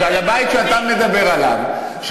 שעל הבית שאתה מדבר עליו,